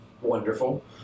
wonderful